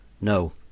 No